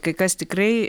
kai kas tikrai